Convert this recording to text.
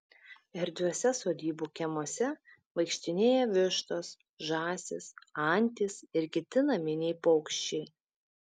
erdviuose sodybų kiemuose vaikštinėja vištos žąsys antys ir kiti naminiai paukščiai